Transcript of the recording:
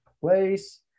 place